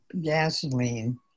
gasoline